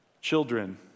children